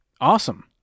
Awesome